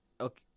Okay